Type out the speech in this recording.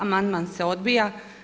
Amandman se odbija.